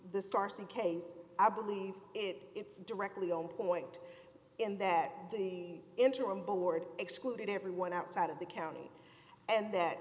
this arson case i believe it it's directly on point in that interim board excluded everyone outside of the county and that